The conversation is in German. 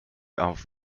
auf